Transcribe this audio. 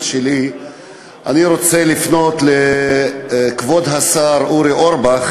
שלי אני רוצה לפנות לכבוד השר אורי אורבך,